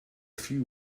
few